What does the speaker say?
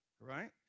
Right